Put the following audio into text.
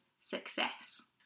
success